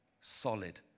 solid